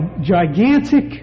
gigantic